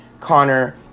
Connor